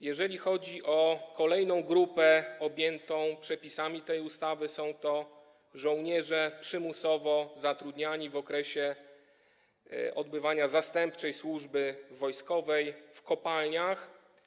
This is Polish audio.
Jeżeli chodzi o kolejną grupę objętą przepisami tej ustawy, to są to żołnierze przymusowo zatrudniani w okresie odbywania zastępczej służby wojskowej w kopalniach.